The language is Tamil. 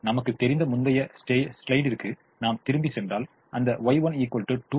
நமக்குத் தெரிந்த முந்தைய ஸ்லைடிற்கு நாம் திரும்பிச் சென்றால் அந்த Y1 2